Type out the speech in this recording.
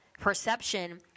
perception